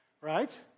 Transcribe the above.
Right